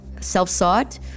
self-sought